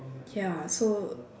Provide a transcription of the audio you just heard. ya so